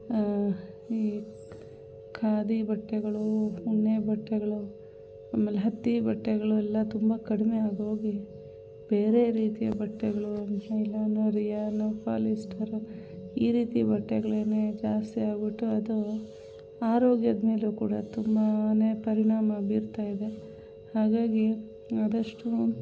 ಈ ಖಾದಿ ಬಟ್ಟೆಗಳು ಉಣ್ಣೆ ಬಟ್ಟೆಗಳು ಆಮೇಲೆ ಹತ್ತಿ ಬಟ್ಟೆಗಳು ಎಲ್ಲ ತುಂಬ ಕಡಿಮೆ ಆಗಿ ಹೋಗಿ ಬೇರೆ ರೀತಿಯ ಬಟ್ಟೆಗಳು ನೈಲಾನ್ ರಿಯಾನ್ ಪಾಲಿಸ್ಟರ್ ಈ ರೀತಿ ಬಟ್ಟೆಗಳೇನೇ ಜಾಸ್ತಿ ಆಗಿಬಿಟ್ಟು ಅದು ಆರೋಗ್ಯದ ಮೇಲೆ ಕೂಡ ತುಂಬನೇ ಪರಿಣಾಮ ಬೀರ್ತಾಯಿದೆ ಹಾಗಾಗಿ ಆದಷ್ಟು